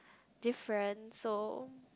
different so